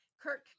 Kirk